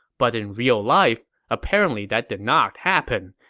but in real life, apparently that did not happen,